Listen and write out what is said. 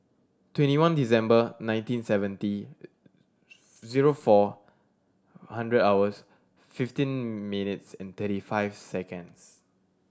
twenty one December nineteen seventy zero four hundred hours fifteen minutes and thirty five seconds